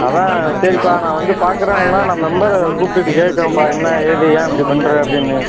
அதான் சரிப்பா நான் வந்து பார்க்குறேன் இல்லைன்னா நான் மெம்பரை கூப்பிட்டு இது கேட்குறேன்ப்பா என்ன ஏது ஏன் இப்படி பண்ணுற அப்படின்னு